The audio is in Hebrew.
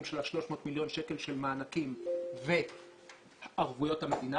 של ה-300 מיליון שקלים של מענקים וערבויות המדינה,